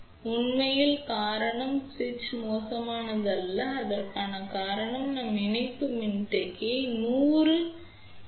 உண்மையில் காரணம் சுவிட்ச் மோசமானது அல்ல அதற்கான காரணம் நாம் இணைப்பு மின்தேக்கியை 100 பி